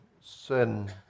sin